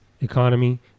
economy